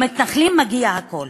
למתנחלים מגיע הכול,